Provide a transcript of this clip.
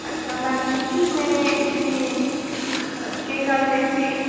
अच्छा मैडम जी में इसी केह् गल्ल इसी